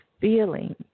feelings